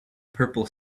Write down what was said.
purple